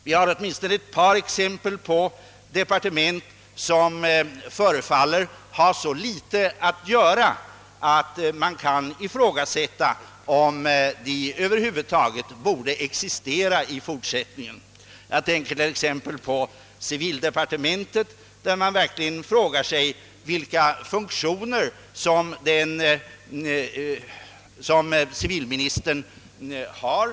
Vi har åtminstone ett par exempel på departement som förefaller ha så litet att göra att man kan ifrågasätta om de över huvud taget borde existera i fortsättningen. Jag tänker t.ex. på civildepartementet. Man frågar sig verkligen vilka funktioner som civilministern har.